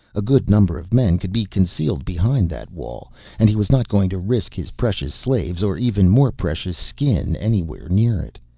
a good number of men could be concealed behind that wall and he was not going to risk his precious slaves or even more precious skin anywhere near it.